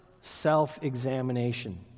self-examination